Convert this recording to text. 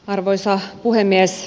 arvoisa puhemies